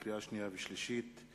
לקריאה שנייה ולקריאה שלישית: